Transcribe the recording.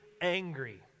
angry